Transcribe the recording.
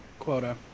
quota